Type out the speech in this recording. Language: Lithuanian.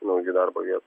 naujų darbo viet